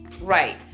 right